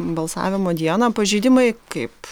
balsavimo dieną pažeidimai kaip